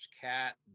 cat